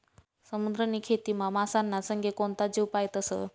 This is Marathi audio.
समुद्रनी खेतीमा मासाना संगे कोणता जीव पायतस?